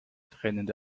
tränende